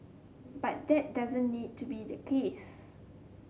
but that doesn't need to be the case